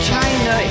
China